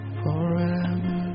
forever